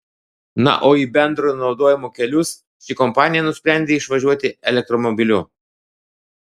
na o į bendrojo naudojimo kelius ši kompanija nusprendė išvažiuoti elektromobiliu